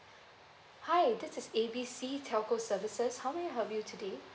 hi this is A B C telco services how may I help you today